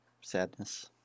sadness